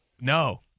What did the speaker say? No